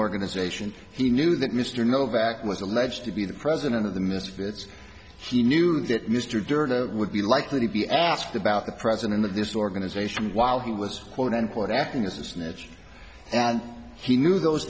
organization he knew that mr novak was alleged to be the president of the misfits he knew that mr dirda would be likely to be asked about the president of this organization while he was quote unquote acting as a snitch and he knew those